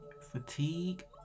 fatigue